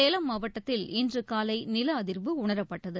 சேலம் மாவட்டத்தில் இன்றுகாலைநிலஅதிர்வு உணரப்பட்டது